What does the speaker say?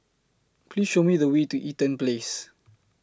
Please Show Me The Way to Eaton Place